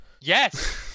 Yes